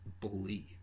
believe